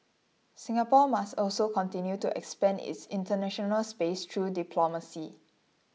Singapore must also continue to expand its international space through diplomacy